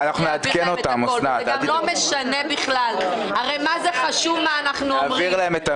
מה זה חשוב מה אנחנו אומרים,